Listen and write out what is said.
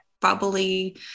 bubbly